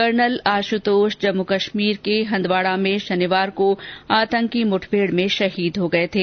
colonel Ashutosh Jammu कश्मीरके हंदवाडा में शनिवार को आतंकी मुठभेड में शहीद हो गये थे